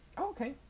okay